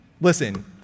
listen